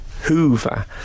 hoover